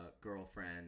girlfriend